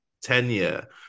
tenure